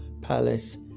palace